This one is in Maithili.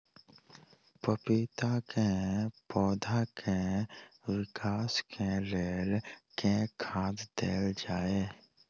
पपीता केँ पौधा केँ विकास केँ लेल केँ खाद देल जाए?